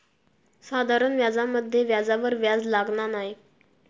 साधारण व्याजामध्ये व्याजावर व्याज लागना नाय